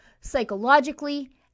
psychologically